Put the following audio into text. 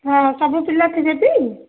ହଁ ସବୁ ପିଲା ଥିବେ ଟି